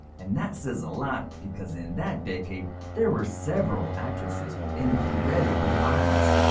and that says a lot because in that decade there were several actresses with incredible bodies.